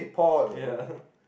ya